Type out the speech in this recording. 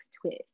twist